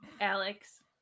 Alex